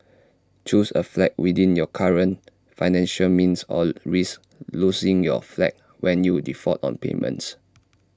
choose A flat within your current financial means or risk losing your flat when you default on payments